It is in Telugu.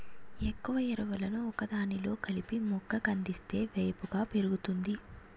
ఎక్కువ ఎరువులను ఒకదానిలో కలిపి మొక్క కందిస్తే వేపుగా పెరుగుతాది